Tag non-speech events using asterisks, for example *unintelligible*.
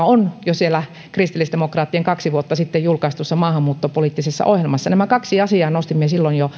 *unintelligible* on jo siellä kristillisdemokraattien kaksi vuotta sitten julkaistussa maahanmuuttopoliittisessa ohjelmassa nämä kaksi asiaa nostimme jo *unintelligible*